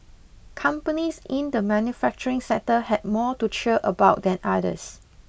companies in the manufacturing sector had more to cheer about than others